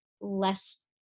less